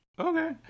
okay